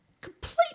Complete